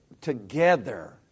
together